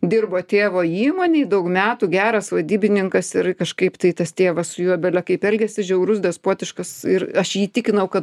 dirbo tėvo įmonėj daug metų geras vadybininkas ir kažkaip tai tas tėvas su juo belekaip elgiasi žiaurus despotiškas ir aš jį įtikinau kad